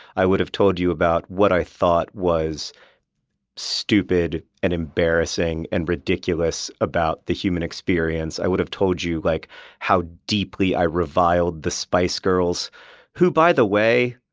i would've told you about what i thought was stupid and embarrassing and ridiculous about the human experience. i would've told you like how deeply i reviled the spice girls who, by the way,